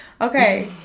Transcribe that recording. Okay